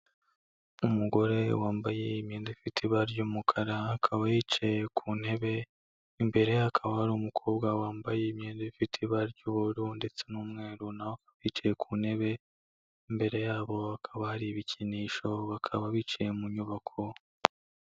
Umugore wambaye imyenda ifite ibara ry'umukara akaba yicaye ku ntebe, imbere ye hakaba hari umukobwa wambaye imyenda ifite ibara ry'ubururu ndetse n'umweru na we akaba yicaye ku ntebe, imbere yabo hakaba hari ibikinisho bakaba bicaye mu nyubako.